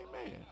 Amen